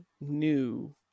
new